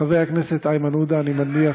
חבר הכנסת איימן עודה, אני מניח,